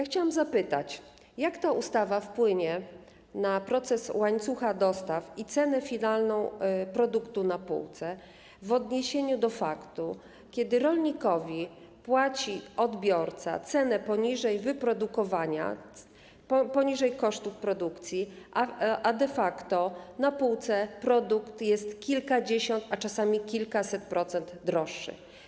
Chciałam zapytać: Jak ta ustawa wpłynie na proces łańcucha dostaw i cenę finalną produktu na półce w odniesieniu do faktu, że rolnikowi płaci odbiorca cenę poniżej kosztów produkcji, a de facto na półce produkt jest kilkadziesiąt, a czasami kilkaset procent droższy?